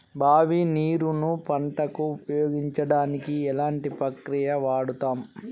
బావి నీరు ను పంట కు ఉపయోగించడానికి ఎలాంటి ప్రక్రియ వాడుతం?